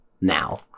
now